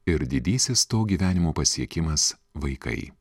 ir didysis to gyvenimo pasiekimas vaikai